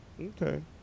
Okay